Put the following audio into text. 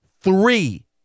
three